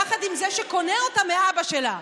יחד עם זה שקונה אותה מאבא שלה,